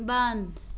بنٛد